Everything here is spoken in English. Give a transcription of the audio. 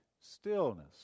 Stillness